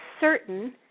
certain